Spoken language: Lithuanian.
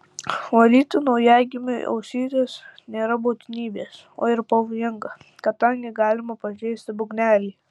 valyti naujagimiui ausytes nėra būtinybės o ir pavojinga kadangi galima pažeisti būgnelį